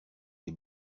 les